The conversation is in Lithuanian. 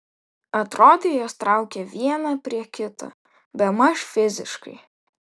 atrodė juos traukia vieną prie kito bemaž fiziškai